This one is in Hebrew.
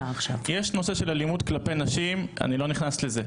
יש נושא של אלימות כלפי נשים, אני לא נכנס לזה.